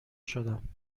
شدم